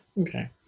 Okay